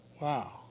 Wow